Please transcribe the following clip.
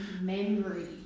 memory